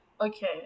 Okay